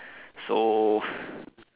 so